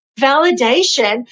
validation